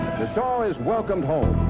the shah is welcome home.